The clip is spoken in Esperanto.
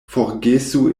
forgesu